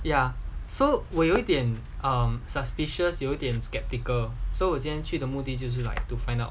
ya so 我有一点 um suspicious 有点 sceptical so 我今天去的目的就是 right to find out